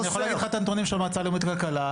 אני יכול להגיד לך את הנתונים של המועצה הלאומית לכלכלה.